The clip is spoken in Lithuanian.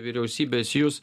vyriausybės jūs